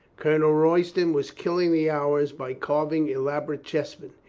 colonel royston was killing the hours by carving elaborate chessmen.